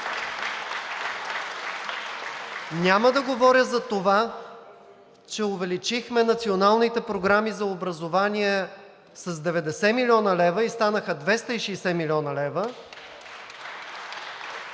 Няма да говоря за това, че увеличихме националните програми за образование с 90 млн. лв. и станаха 260 млн. лв.